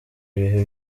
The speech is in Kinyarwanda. ibihe